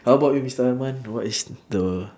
how about you mister arman what is the